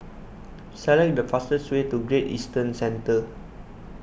select the fastest way to Great Eastern Centre